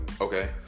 Okay